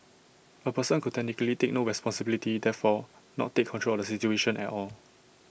A person could technically take no responsibility therefore not take control of A situation at all